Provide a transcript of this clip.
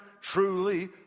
truly